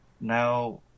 now